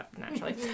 Naturally